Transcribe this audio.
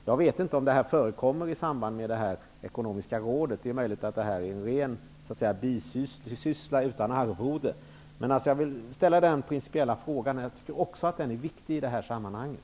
Jag vet inte om det förekommer i samband med det Ekonomiska rådet. Det är möjligt att det arbetet är en ren bisyssla utan arvode. Men jag tycker att den principiella frågan är viktig i sammanhanget.